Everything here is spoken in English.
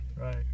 Right